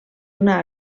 una